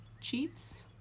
Chiefs